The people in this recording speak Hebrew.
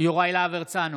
יוראי להב הרצנו,